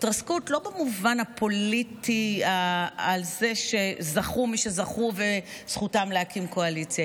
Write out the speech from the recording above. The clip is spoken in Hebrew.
התרסקות לא במובן הפוליטי על זה שזכו מי שזכו וזכותם להקים קואליציה.